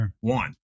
One